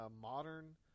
modern